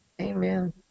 Amen